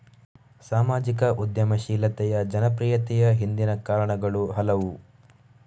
ಸಾಮಾಜಿಕ ಉದ್ಯಮಶೀಲತೆಯ ಜನಪ್ರಿಯತೆಯ ಹಿಂದಿನ ಕಾರಣಗಳು ಹಲವು